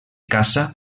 caça